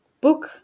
book